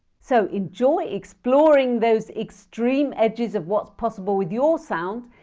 so, enjoy exploring those extreme edges of what's possible with your sound,